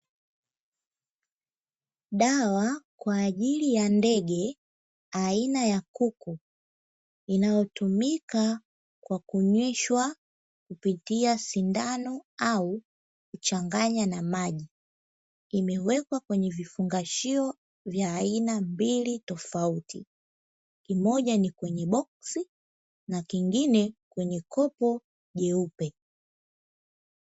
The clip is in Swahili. Dawa kwa ajili ya ndege aina ya kuku inayotumika kwa kunyweshwa kupitia sindano au kuchanganya na maji, imewekwa kwenye vifungashio vya aina mbili tofauti imoja ni kwenye boksi na kingine kwenye kopo jeupe.